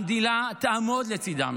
המדינה תעמוד לצידם